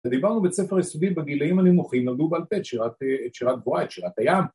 דיברנו בית ספר יסודי בגילאים הנמוכים, למדו בעל פה את שירת דבורה, את שירת הים